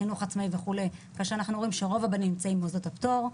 חינוך עצמאי וכו' אנחנו רואים שרוב הבנים נמצאים במוסדות הפטור,